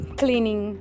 cleaning